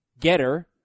getter